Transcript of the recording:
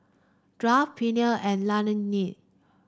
Kraft Perrier and Laneige